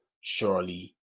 surely